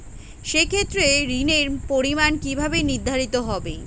সে ক্ষেত্রে ঋণের পরিমাণ কিভাবে নির্ধারিত হবে?